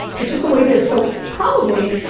it's just the way it is. so probably,